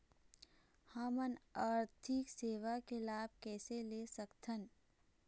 हमन आरथिक सेवा के लाभ कैसे ले सकथन?